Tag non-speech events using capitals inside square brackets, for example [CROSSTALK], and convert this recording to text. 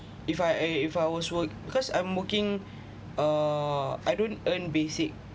if I if I was work because I'm working [BREATH] uh I don't earn basic